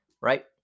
right